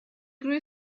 grew